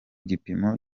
gipimo